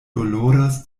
doloras